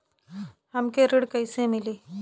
हमके ऋण कईसे मिली?